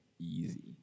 easy